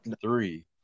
three